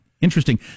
interesting